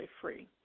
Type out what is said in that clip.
free